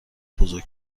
بزرگ